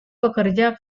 bekerja